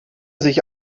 sich